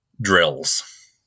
drills